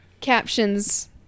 captions